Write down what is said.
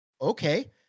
Okay